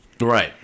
Right